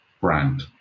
brand